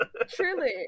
Truly